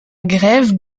grève